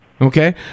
Okay